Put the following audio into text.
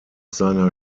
seiner